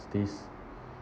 this